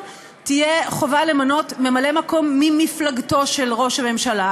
תהיה חובה למנות ממלא מקום ממפלגתו של ראש הממשלה,